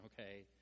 okay